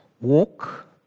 walk